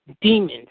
demons